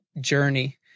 journey